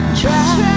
try